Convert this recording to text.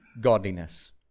godliness